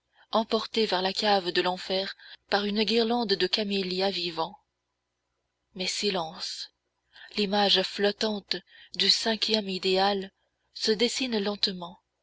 emporté vers la cave de l'enfer par une guirlande de camélias vivants mais silence l'image flottante du cinquième idéal se dessine lentement